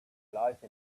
life